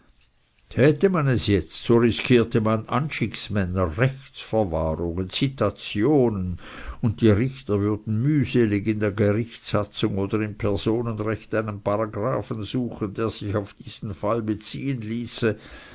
täte man es jetzt so riskierte man anschicksmänner rechtsverwahrungen zitationen und die richter würden mühselig in der gerichtssatzung oder im personenrecht einen paragraphen suchen der sich auf diesen fall beziehen ließe